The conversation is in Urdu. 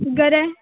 گرے